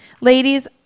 ladies